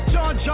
John